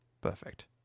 Perfect